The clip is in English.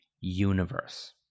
universe